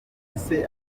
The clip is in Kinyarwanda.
bafise